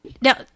Now